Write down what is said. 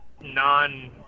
non